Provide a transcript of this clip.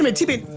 um t-pain,